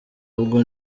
ahubwo